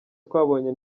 twabonye